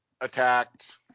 attacked